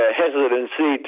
hesitancy